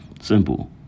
Simple